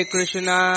Krishna